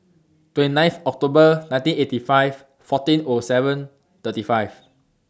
twenty ninth October nineteen eighty five fourteen O seven thirty five